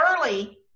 early